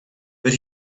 but